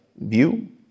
view